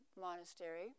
monastery